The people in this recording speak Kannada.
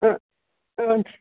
ಹ್ಞೂ ಹ್ಞೂ ರೀ